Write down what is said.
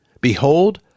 Behold